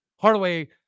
Hardaway